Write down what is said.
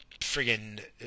friggin